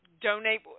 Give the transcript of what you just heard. donate